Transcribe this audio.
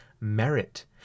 merit